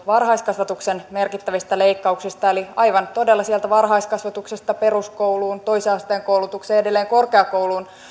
varhaiskasvatuksen merkittävistä leikkauksista eli aivan todella sieltä varhaiskasvatuksesta peruskouluun toisen asteen koulutukseen ja edelleen korkeakouluun